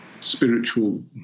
spiritual